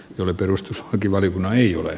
oli perustus ja timo linna ei ole